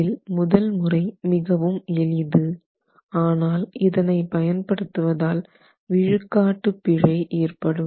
இதில் முதல் முறை மிகவும் எளிது ஆனால் இதனை பயன்படுத்துவதால் விழுக்காடு பிழை ஏற்படும்